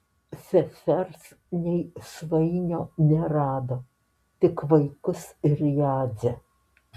sesers nei svainio nerado tik vaikus ir jadzę